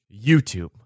YouTube